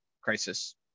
crisis